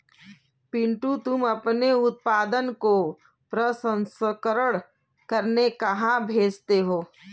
पिंटू तुम अपने उत्पादन को प्रसंस्करण करने कहां भेजते हो?